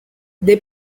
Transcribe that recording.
they